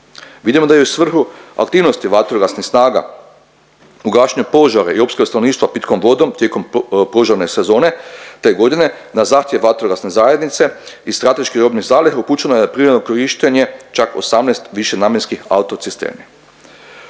Vidimo da je i u svrhu aktivnosti vatrogasnih snaga u gašenju požara i opskrbe stanovništva pitkom vodom tijekom požarne sezone te godine na zahtjev vatrogasne zajednice iz strateških robnih zaliha upućeno je privremeno korištenje čak 18 višenamjenskih autocisterni.